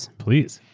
and please.